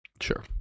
sure